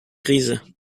krise